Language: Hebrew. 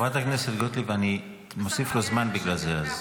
חברת הכנסת גוטליב, אני מוסיף לו זמן בגלל זה.